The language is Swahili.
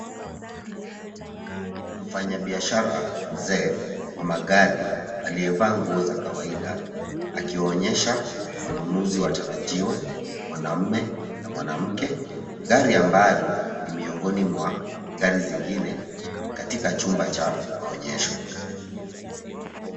Mfanyabiashara, mzee wa magari aliyevaa nguo za kawaida akiwaonyesha wanunuzi watarajiwa, mwanamme na mwanamke, gari ambalo ni miongoni mwa gari zingine katika chumba cha maonyesho.